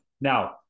Now